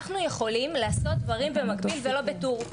אנחנו יכולים לעשות דברים במקביל ולא בטור.